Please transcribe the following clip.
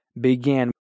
began